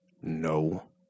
No